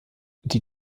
die